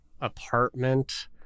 apartment